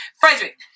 Frederick